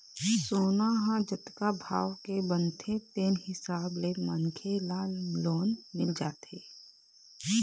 सोना ह जतका भाव के बनथे तेन हिसाब ले मनखे ल लोन मिल जाथे